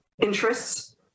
interests